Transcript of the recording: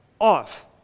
off